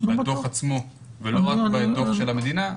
בדוח עצמו ולא רק בדוח של המדינה.